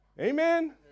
Amen